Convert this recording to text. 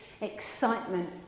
excitement